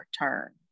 return